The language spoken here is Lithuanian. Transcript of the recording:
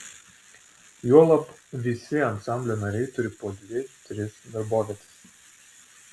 juolab visi ansamblio nariai turi po dvi tris darbovietes